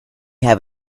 have